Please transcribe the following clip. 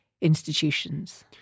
institutions